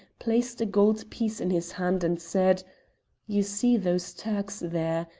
placed a gold piece in his hand, and said you see those turks there.